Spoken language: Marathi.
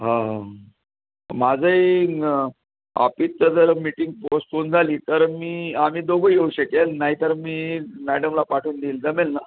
हम माझं येईन ऑपिसचं जर मिटिंग पोस्टपोन झाली तर मी आम्ही दोघं येऊ शकेन नाही तर मी मॅडमला पाठवून देईल जमेल ना